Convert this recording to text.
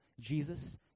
Jesus